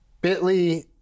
bit.ly